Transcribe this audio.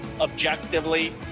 objectively